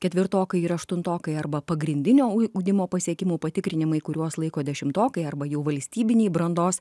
ketvirtokai ir aštuntokai arba pagrindinio ui ugdymo pasiekimų patikrinimai kuriuos laiko dešimtokai arba jau valstybiniai brandos